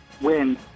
Win